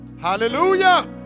Hallelujah